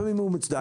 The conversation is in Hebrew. לפעמים הוא מוצדק,